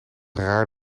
raar